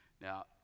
now